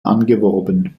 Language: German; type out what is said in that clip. angeworben